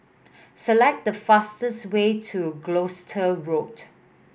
select the fastest way to Gloucester Road